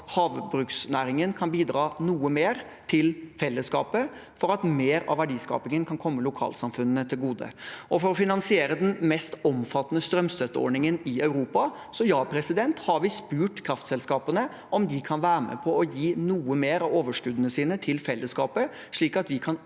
havbruksnæringen kan bidra noe mer til fellesskapet for at mer av verdiskapingen skal komme lokalsamfunnene til gode. For å finansiere den mest omfattende strømstøtteordningen i Europa har vi spurt kraftselskapene om de kan være med på å gi noe mer av overskuddene sine til fellesskapet, slik at vi kan